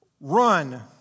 run